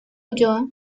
ulloa